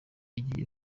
igiye